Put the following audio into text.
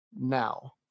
now